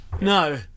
no